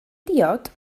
diod